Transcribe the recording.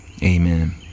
Amen